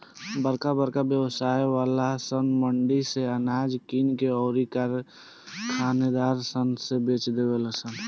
बरका बरका व्यवसाय वाला सन मंडी से अनाज किन के अउर कारखानेदार सन से बेच देवे लन सन